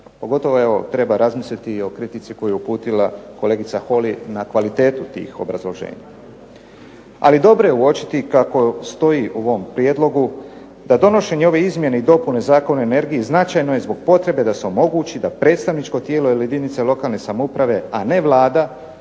Pogotovo treba razmisliti i o kritici koju je uputila kolegica Holy na kvalitetu tih obrazloženja. Ali dobro je uočiti kako stoji u ovom prijedlogu da donošenje ove izmjene i dopune Zakona o energiji značajno je zbog potrebe da se omogući da predstavničko tijelo ili jedinice lokalne samouprave a ne Vlada